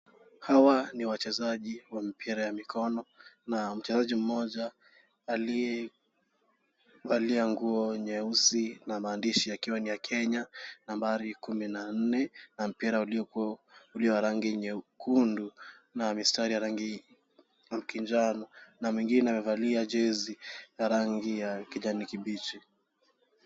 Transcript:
Hawa ni wachezaji wa mipira ya mikono na mchezaji mmoja aliyevalia nguo nyeusi na maandishi yakiwa ni ya Kenya nambari kumi na nne, na mpira ulio wa rangi nyekundu na mistari ya rangi ya njano na mwingine amevalia jezi ya rangi ya kijani kibichi.